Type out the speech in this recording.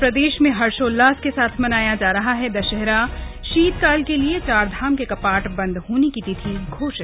और प्रदेश में हर्षोल्लास के साथ मनाया जा रहा है दशहरा शीत काल के लिए चार धाम के कपाट बन्द होने की तिथि घोषित